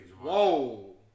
Whoa